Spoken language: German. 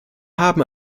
haben